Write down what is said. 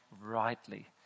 rightly